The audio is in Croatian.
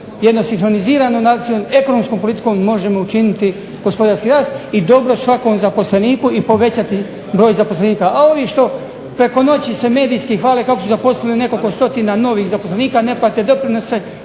jednom sinkroniziranom akcijom, ekonomskom politikom možemo učiniti gospodarski rast i dobro svakom zaposleniku i povećati broj zaposlenika. A ovi što preko noći se medijski hvale kako su zaposlili nekoliko stotina novih zaposlenih ne plate doprinose,